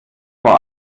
vor